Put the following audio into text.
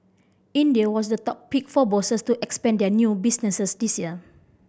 India was the top pick for bosses to expand their new businesses this year